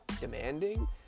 demanding